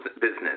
business